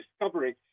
discovery